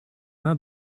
она